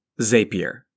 Zapier